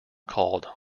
called